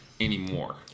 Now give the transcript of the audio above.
Anymore